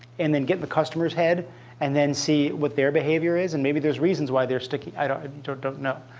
and then get in the customer's head and then see what their behavior is. and maybe there's reasons why they're sticking i don't sort of know.